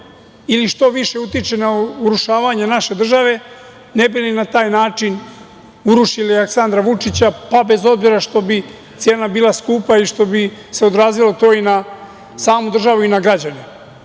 ili da što više utiče na urušavanje naše države ne bi li na taj način urušili Aleksandra Vučića, pa bez obzira što bi cena bila skupa i što bi se odrazilo to i na samu državu i na građane.